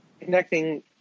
connecting